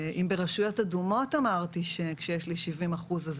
אם ברשויות אדומות יש לי 70 אחוזים,